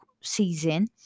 season